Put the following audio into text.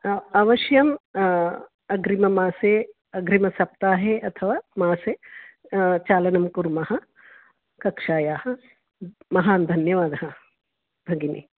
अवश्यम् अग्रिममासे अग्रिमसप्ताहे अथवा मासे चालनं कुर्मः कक्षायाः महान् धन्यवादः भगिनि